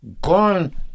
gone